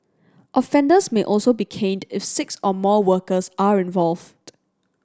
offenders may also be caned if six or more workers are involved